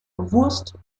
wurst